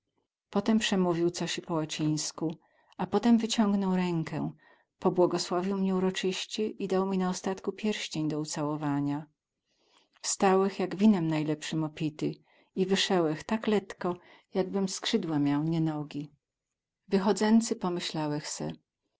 potem przemówił cosi po łacińsku a potem wyciągnął rękę pobłogosławił mie urocyście i dał mi na ostatku pierścień do ucałowania wstałech jak winem najlepsym opity i wysełech tak letko jakbych skrzydła miał nie nogi wychodzęcy pomyślałech se